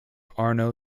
arno